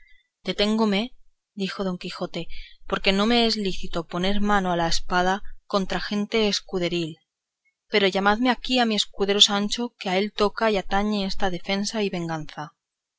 y marido deténgome dijo don quijote porque no me es lícito poner mano a la espada contra gente escuderil pero llamadme aquí a mi escudero sancho que a él toca y atañe esta defensa y venganza